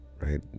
right